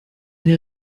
der